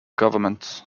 government